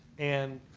and,